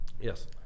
Yes